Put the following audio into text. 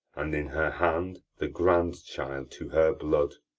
and in her hand the grandchild to her blood.